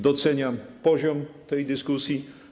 Doceniam poziom tej dyskusji.